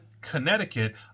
Connecticut